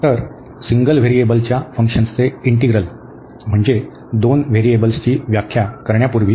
तर सिंगल व्हेरिएबलच्या फंक्शन्सचे इंटीग्रल म्हणजे दोन व्हेरिएबल्सची व्याख्या करण्यापूर्वी